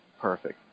perfect